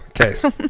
Okay